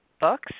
books